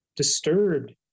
disturbed